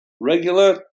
regular